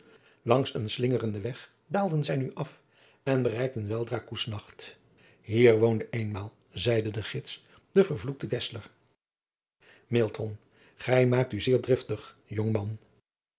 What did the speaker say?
langs een slingerenden weg daalden zij nu af en bereikten wejdra kusnacht hier woonde eenmaal zeide de gids die vervloekte gesler milton gij maakt u zeer driftig jongman